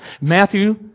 Matthew